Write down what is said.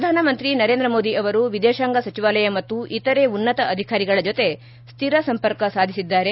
ಪ್ರಧಾನಮಂತ್ರಿ ನರೇಂದ್ರ ಮೋದಿ ಅವರು ವಿದೇಶಾಂಗ ಸಚಿವಾಲಯ ಮತ್ತು ಇತರೆ ಉನ್ನತ ಅಧಿಕಾರಿಗಳ ಜೊತೆ ಸ್ಥಿರ ಸಂಪರ್ಕ ಸಾಧಿಸಿದ್ದಾರೆ